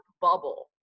Bubble